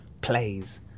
plays